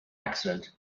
accident